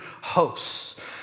hosts